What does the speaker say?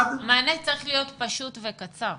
מענה צריך להיות פשוט וקצר.